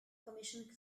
commission